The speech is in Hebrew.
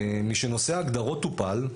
משנושא ההגדרות טופל,